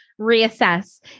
reassess